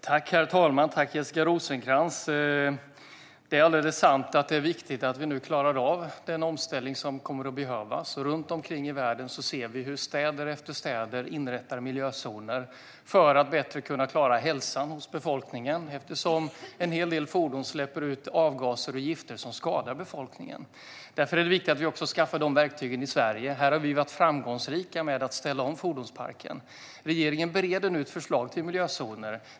Herr talman! Tack för frågan, Jessica Rosencrantz! Det är alldeles sant att det är viktigt att vi nu klarar av den omställning som kommer att behövas. Runt omkring i världen ser vi nu hur stad efter stad inrättar miljözoner för att bättre kunna klara hälsan hos befolkningen, eftersom en hel del fordon släpper ut avgaser och gifter som skadar befolkningen. Därför är det viktigt att vi skaffar dessa verktyg också i Sverige. Här har vi varit framgångsrika med att ställa om fordonsparken. Regeringen bereder nu ett förslag till miljözoner.